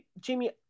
jamie